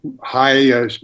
high